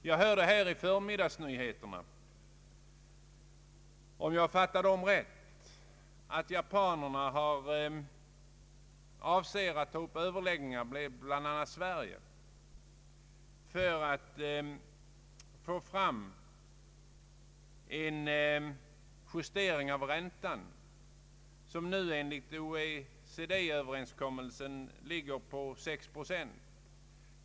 Jag hörde i förmiddagsnyheterna — om jag fattade rätt — att japanerna avser att ta upp överläggningar med bl.a. Sverige för att få en justering av räntan, som nu enligt OECD-överenskommelsen ligger på 6 procent.